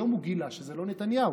היום הוא גילה שזה לא נתניהו.